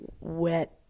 wet